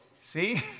See